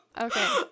okay